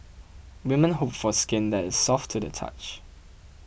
women hope for skin that is soft to the touch